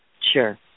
Sure